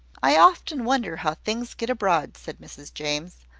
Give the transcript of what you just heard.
i often wonder how things get abroad, said mrs james,